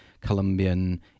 Colombian